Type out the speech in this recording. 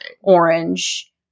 orange